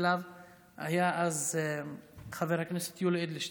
שהיה אז חבר הכנסת יולי אדלשטיין,